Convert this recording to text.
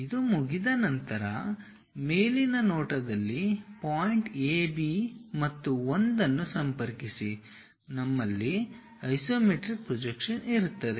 ಇದು ಮುಗಿದ ನಂತರ ಮೇಲಿನ ನೋಟದಲ್ಲಿ ಪಾಯಿಂಟ್ A B ಮತ್ತು 1 ಅನ್ನು ಸಂಪರ್ಕಿಸಿ ನಮ್ಮಲ್ಲಿ ಐಸೊಮೆಟ್ರಿಕ್ ಪ್ರೊಜೆಕ್ಷನ್ ಇರುತ್ತದೆ